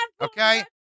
Okay